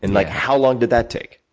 and, like how long did that take?